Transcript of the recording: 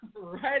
right